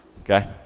Okay